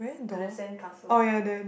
do the sandcastle